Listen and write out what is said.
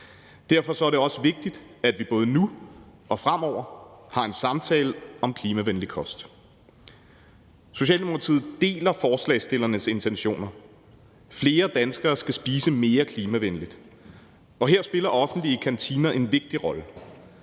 Derfor er det også vigtigt, at vi både nu og fremover har en samtale om klimavenlig kost. Socialdemokratiet deler forslagsstillernes intentioner. Flere danskere skal spise mere klimavenligt. Her spiller offentlige kantiner en vigtig rolle.